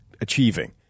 achieving